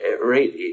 right